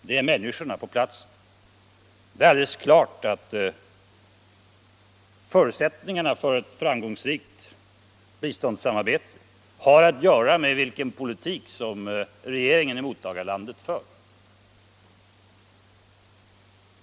Det är alldeles klart att förutsättningarna för ett framgångsrikt biståndssamarbete har att göra med vilken politik som regeringen i mottagarlandet för.